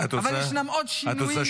אבל ישנם עוד שינויים גדולים.